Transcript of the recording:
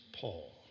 Paul